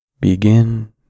Begin